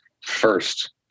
first